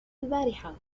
البارحة